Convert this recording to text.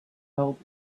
felt